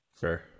sure